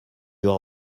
aura